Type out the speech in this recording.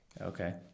Okay